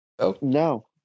No